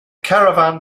caravan